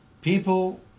People